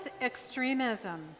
extremism